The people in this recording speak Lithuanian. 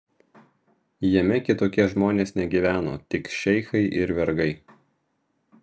jame kitokie žmonės negyveno tik šeichai ir vergai